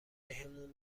بهمون